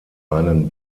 einen